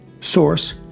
source